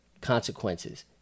consequences